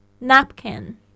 napkin